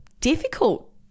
difficult